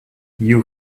you